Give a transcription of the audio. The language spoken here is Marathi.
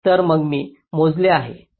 तर मग मी मोजले आहे